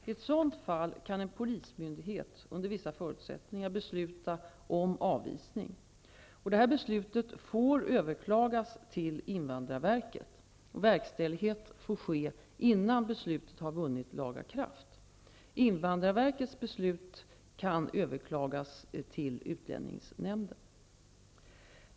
I ett sådant fall kan en polismyndighet, under vissa förutsättningar, besluta om avvisning. Detta beslut får överklagas till invandrarverket. Verkställighet får ske innan beslutet vunnit laga kraft. Invandrarverkets beslut kan överklagas till utlänningsnämnden.